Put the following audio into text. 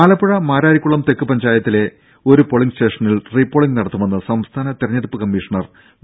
ആലപ്പുഴ മാരാരിക്കുളം തെക്ക് ഗ്രാമപഞ്ചായത്തിലെ ഒരു പോളിംഗ് സ്റ്റേഷനിൽ റീം പോളിംഗ് നടത്തുമെന്ന് സംസ്ഥാന തെരഞ്ഞെടുപ്പ് കമ്മീഷണർ വി